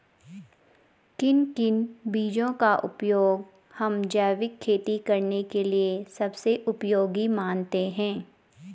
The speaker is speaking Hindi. किन किन बीजों का उपयोग हम जैविक खेती करने के लिए सबसे उपयोगी मानते हैं?